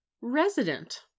resident